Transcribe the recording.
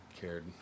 cared